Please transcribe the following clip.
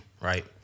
Right